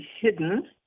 hidden